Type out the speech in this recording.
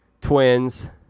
Twins